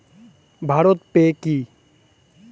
Bharat pay কি?